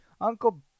Uncle